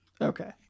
Okay